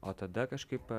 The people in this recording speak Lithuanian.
o tada kažkaip